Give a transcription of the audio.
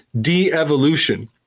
de-evolution